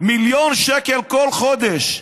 מיליון שקל כל חודש.